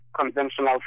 conventional